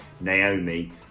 Naomi